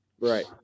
Right